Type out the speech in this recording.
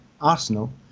Arsenal